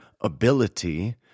ability